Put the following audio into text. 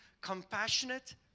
Compassionate